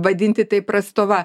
vadinti tai prastova